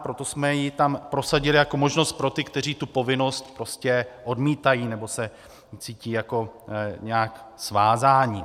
Proto jsme ji tam prosadili jako možnost pro ty, kteří tu povinnost prostě odmítají nebo se cítí jako nějak svázáni.